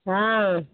हँ